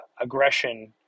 aggression